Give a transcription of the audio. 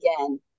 again